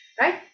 right